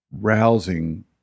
rousing